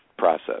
process